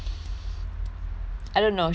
I don't know she was she I